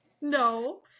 No